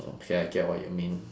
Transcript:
okay I get what you mean